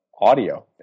audio